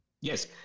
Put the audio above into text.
Yes